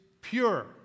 pure